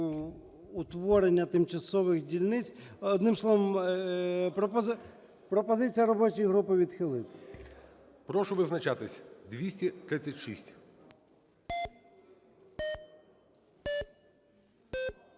утворення тимчасових дільниць. Одним словом, пропозиція робочої групи відхилити. ГОЛОВУЮЧИЙ. Прошу визначатися, 236.